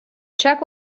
check